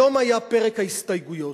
היום היה פרק ההסתייגויות.